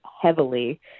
heavily